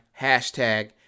hashtag